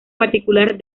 particular